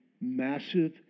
massive